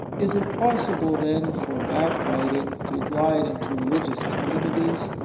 is it possible, then, for backbiting to glide into religious com munities?